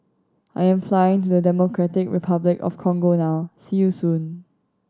I'm flying to Democratic Republic of Congo now see you soon